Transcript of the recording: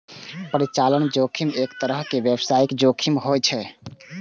परिचालन जोखिम एक तरहक व्यावसायिक जोखिम होइ छै